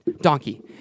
donkey